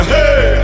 Hey